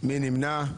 מי נמנע?